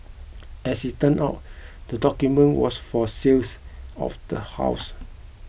as it turned out the document was for sales of the house